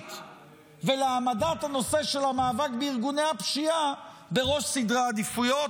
מבצעית ולהעמדת הנושא של המאבק בארגוני הפשיעה בראש סדרי העדיפויות.